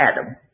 Adam